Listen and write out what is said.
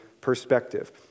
perspective